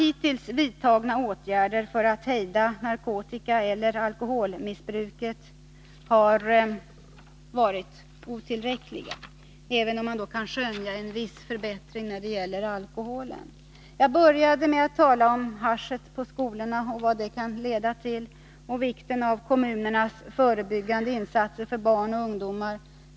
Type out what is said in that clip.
Hittills vidtagna åtgärder för att hejda narkotikaeller alkoholmissbruket har varit otillräckliga, även om man kan skönja en viss förbättring när det gäller alkoholen. Jag började med att tala om haschet på skolorna och vad det kan leda till och vikten av kommunernas förebyggande insatser för barn och ungdomar.